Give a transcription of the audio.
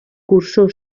cursó